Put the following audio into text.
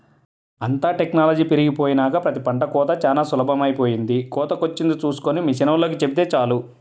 అంతా టెక్నాలజీ పెరిగినాక ప్రతి పంట కోతా చానా సులభమైపొయ్యింది, కోతకొచ్చింది చూస్కొని మిషనోల్లకి చెబితే చాలు